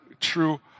true